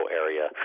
area